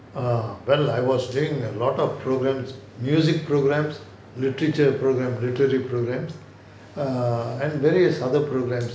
uh well I was doing a lot of programmes music programmes literature programme literacy programmes err and various other programmes